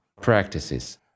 practices